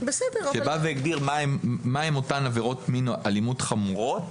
בא והגדיר מהן אותן עבירות מין אלימות חמורות,